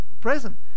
present